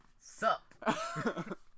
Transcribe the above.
Sup